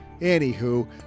Anywho